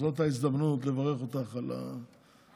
אז זו ההזדמנות לברך אותך על התפקיד.